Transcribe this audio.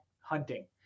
hunting